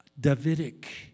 Davidic